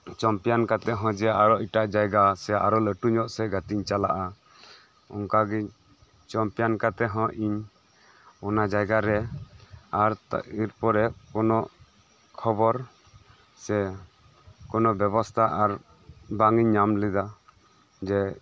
champion ᱠᱟᱛᱮᱫ ᱦᱚᱸ ᱡᱮ ᱟᱨᱚ ᱮᱴᱟᱜ ᱡᱟᱭᱜᱟ ᱥᱮ ᱟᱨᱚ ᱞᱟᱹᱴᱩ ᱧᱚᱜ ᱥᱮᱡ ᱜᱟᱛᱮᱜ ᱤᱧ ᱪᱟᱞᱟᱜᱼᱟ ᱚᱱᱠᱟᱜᱮᱧ ᱪᱚᱢᱯᱤᱭᱟᱱ ᱠᱟᱛᱮᱫ ᱦᱚᱸ ᱤᱧ ᱚᱱᱟ ᱡᱟᱭᱜᱟ ᱨᱮ ᱟᱨ ᱮᱨ ᱯᱚᱨᱮ ᱠᱚᱱᱚ ᱠᱷᱚᱵᱚᱨ ᱥᱮ ᱠᱚᱱᱚ ᱵᱮᱵᱚᱥᱛᱟ ᱟᱨ ᱵᱟᱝᱤᱧ ᱧᱟᱢ ᱞᱮᱫᱟ ᱡᱮ